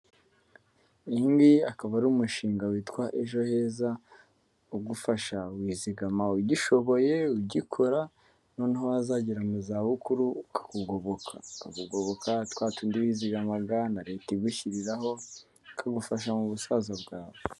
Uyu nguyu akaba ari umushinga witwa ejo heza, ugufasha wizigama ugishoboye ugikora noneho wazagera mu za bukuru ukakugoboka, ukakugoboka twatundi wizigamaga na leta igushyiriraho ikagufasha mu busaza bwawe.